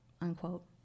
unquote